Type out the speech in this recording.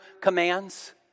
commands